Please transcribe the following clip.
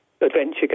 adventure